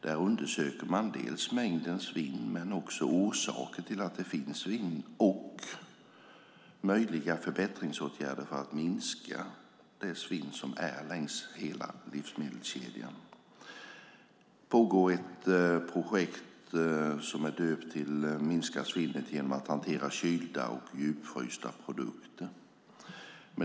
Där undersöker man mängden svinn men också orsaken till att det finns svinn och möjliga förbättringsåtgärder för att minska svinnet i hela livsmedelskedjan. Det pågår också ett projekt som är döpt till Minska svinnet genom att hantera kylda och djupfrysta produkter.